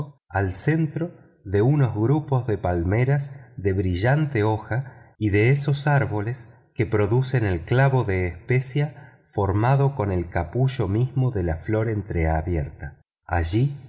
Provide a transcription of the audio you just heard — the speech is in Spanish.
al centro de unos grupos de palmeras de brillante hoja y de esos árboles que producen el clavo de especia formado con el capullo mismo de la flor entreabierta allí